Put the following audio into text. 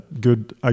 good